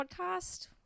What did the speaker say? podcast